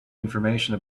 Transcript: information